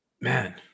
man